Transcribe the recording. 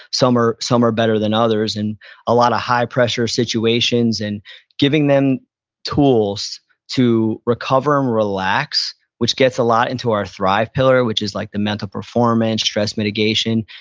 some are some are better than others, and a lot of high pressure situations, and giving them tools to recover and um relax, which gets a lot into our thrive pillar, which is like the mental performance, stress mitigation,